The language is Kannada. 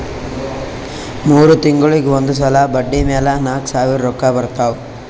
ಮೂರ್ ತಿಂಗುಳಿಗ್ ಒಂದ್ ಸಲಾ ಬಡ್ಡಿ ಮ್ಯಾಲ ನಾಕ್ ಸಾವಿರ್ ರೊಕ್ಕಾ ಬರ್ತಾವ್